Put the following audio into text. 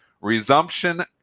Resumption